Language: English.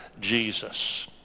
Jesus